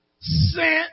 sent